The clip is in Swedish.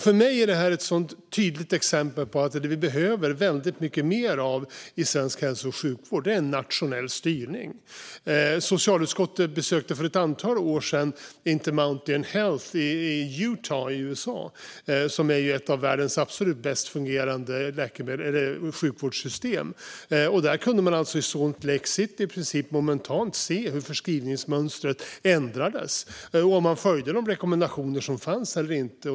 För mig är det ett så tydligt exempel på att det vi behöver väldigt mycket mer av i svensk hälso och sjukvård är nationell styrning. Socialutskottet besökte för ett antal år sedan Intermountain Health i Utah i USA. Det är ett av världens absolut bäst fungerande sjukvårdssystem. Där kunde man i Salt Lake City i princip momentant se om förskrivningsmönstret ändrades och om man följde de rekommendationer som fanns eller inte.